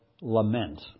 lament